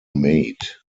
mate